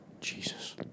Jesus